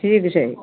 ठीक छै